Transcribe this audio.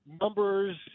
numbers